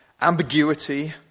Ambiguity